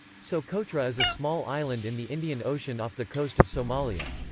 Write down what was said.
socotra is a small island in the indian ocean off the coast of somalia.